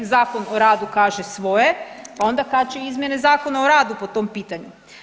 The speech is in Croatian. Zakon o radu kaže svoje, onda kači izmjene Zakona o radu po tom pitanju.